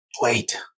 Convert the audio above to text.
Wait